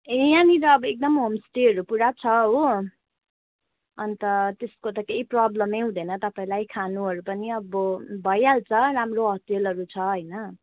ए यहाँनिर एकदम होमस्टेहरू पनि पुरा छ हो अन्त त्यसको त केही प्रबलमै हुँदैैन तपाईँलाई खानुहरू पनि अब भइहाल्छ राम्रो होटलहरू छ होइन